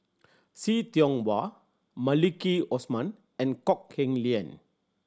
See Tiong Wah Maliki Osman and Kok Heng Leun